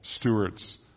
stewards